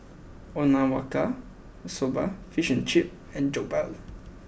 Okinawa soba Fish and Chip and Jokbal